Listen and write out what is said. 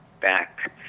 back